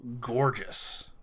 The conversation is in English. gorgeous